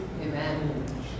Amen